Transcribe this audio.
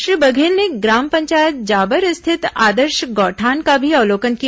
श्री बघेल ने ग्राम पंचायत जाबर स्थित आदर्श गौठान का भी अवलोकन किया